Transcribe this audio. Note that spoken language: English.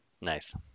Nice